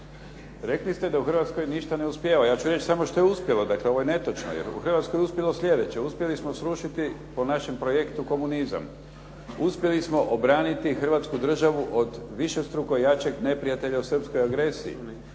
Rekli ste da u Hrvatskoj ništa ne uspijeva. Ja ću reći samo što je uspjelo. Dakle, ovo je netočno jer u Hrvatskoj je uspjelo slijedeće. Uspjeli smo srušiti po našem projektu komunizam. Uspjeli smo obraniti Hrvatsku državu od višestruko jačeg neprijatelja u srpskoj agresiji.